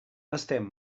estem